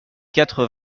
quatre